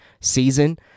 season